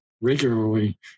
regularly